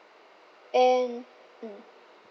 and mm